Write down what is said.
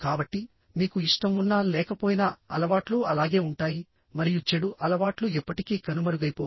కాబట్టి మీకు ఇష్టం ఉన్నా లేకపోయినా అలవాట్లు అలాగే ఉంటాయి మరియు చెడు అలవాట్లు ఎప్పటికీ కనుమరుగైపోవు